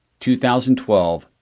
2012